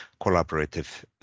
Collaborative